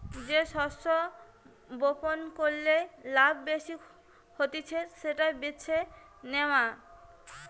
যে শস্য বপণ কইরে লাভ বেশি হতিছে সেটা বেছে নেওয়া